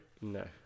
No